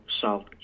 Salt